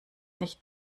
nicht